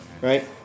Right